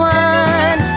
one